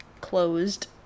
closed